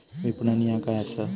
विपणन ह्या काय असा?